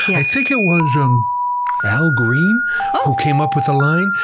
i think it was um al green who came up with the line.